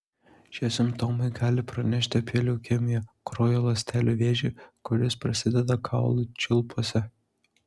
šie simptomai gali pranešti apie leukemiją kraujo ląstelių vėžį kuris prasideda kaulų čiulpuose